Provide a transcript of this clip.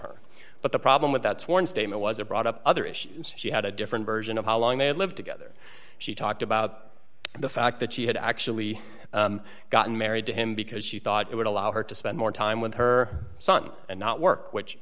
her but the problem with that sworn statement was or brought up other issues she had a different version of how long they had lived together she talked about the fact that she had actually gotten married to him because she thought it would allow her to spend more time with her son and not work which